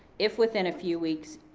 if within a few weeks,